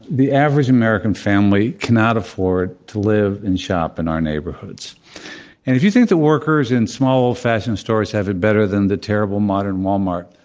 the average american family cannot afford to live and shop in our neighborhoods. and if you think the workers in small fashioned stores have it better than the terrible modern walmart,